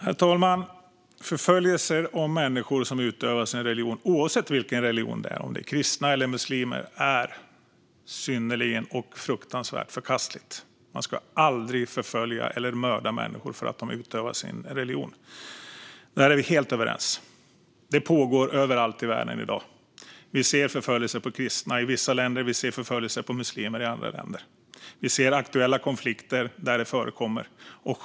Herr talman! Förföljelser av människor som utövar sin religion - oavsett vilken religion det är och oavsett om det är kristna eller muslimer - är fruktansvärt förkastligt. Man ska aldrig förfölja eller mörda människor för att de utövar sin religion; där är vi helt överens. Detta pågår överallt i världen i dag. Vi ser förföljelser av kristna i vissa länder; vi ser förföljelser av muslimer i andra länder. Vi ser aktuella konflikter där detta förekommer.